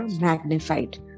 magnified